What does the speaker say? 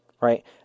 right